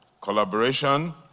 collaboration